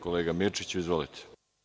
Kolega Mirčiću, izvolite.